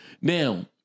Now